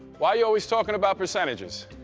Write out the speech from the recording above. why you always talking about percentages?